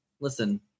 Listen